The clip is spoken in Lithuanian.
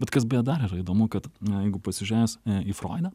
bet kas beje dar yra įdomu kad jeigu pasižiūrėjus į froidą